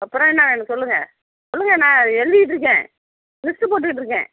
அப்புறோம் என்ன வேணும் சொல்லுங்கள் சொல்லுங்கள் நான் எழுதிட்ருக்கேன் லிஸ்ட்டு போட்டுட்ருக்கேன்